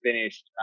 finished